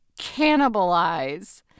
cannibalize